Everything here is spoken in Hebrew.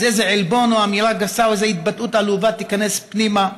אז איזה עלבון או אמירה גסה או איזו התבטאות עלובה ייכנסו פנימה,